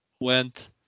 went